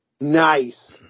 Nice